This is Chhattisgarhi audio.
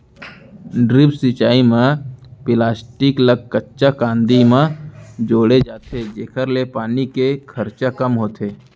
ड्रिप सिंचई म पिलास्टिक ल कच्चा कांदी म जोड़े जाथे जेकर ले पानी के खरचा कम होथे